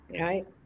right